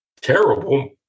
terrible